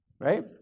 right